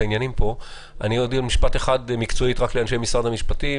אני אומר משפט אחד מקצועית לאנשי משרד המשפטים.